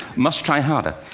must try harder.